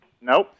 Nope